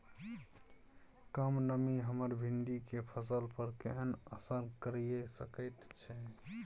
कम नमी हमर भिंडी के फसल पर केहन असर करिये सकेत छै?